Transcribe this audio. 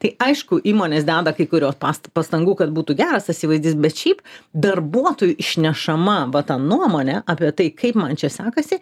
tai aišku įmonės deda kai kurios pastangų kad būtų geras tas įvaizdis bet šiaip darbuotojų išnešama va ta nuomonė apie tai kaip man čia sekasi